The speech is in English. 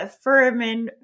Furman